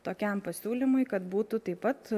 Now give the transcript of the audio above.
tokiam pasiūlymui kad būtų taip pat